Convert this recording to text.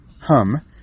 Hum